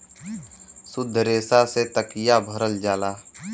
सुद्ध रेसा से तकिया भरल जाला